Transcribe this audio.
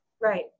Right